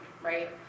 right